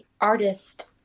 artist